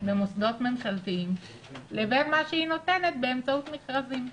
למוסדות ממשלתיים לבין מה שהיא נותנת באמצעות מכרזים.